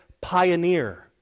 pioneer